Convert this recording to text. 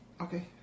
Okay